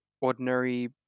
ordinary